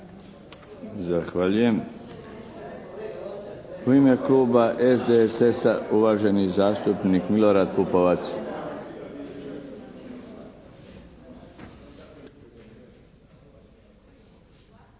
Zahvaljujem. U ime Kluba SDSS-a uvaženi zastupnik Milorad Pupovac.